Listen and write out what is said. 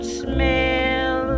smell